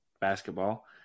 basketball